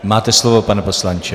Máte slovo, pane poslanče.